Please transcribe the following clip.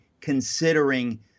considering